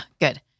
good